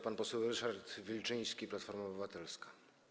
Pan poseł Ryszard Wilczyński, Platforma Obywatelska.